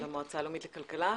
למועצה הלאומית לכלכלה.